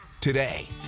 today